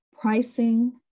pricing